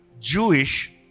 Jewish